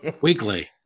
weekly